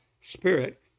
spirit